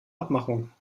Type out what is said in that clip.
abmachung